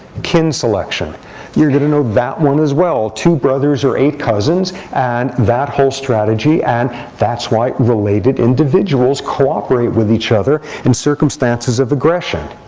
kin selection you're going to know that one as well. two brothers or eight cousins, and that whole strategy, and that's why related individuals cooperate with each other in circumstances of aggression.